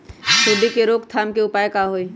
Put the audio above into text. सूंडी के रोक थाम के उपाय का होई?